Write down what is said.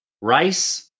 Rice